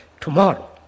tomorrow